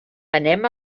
anem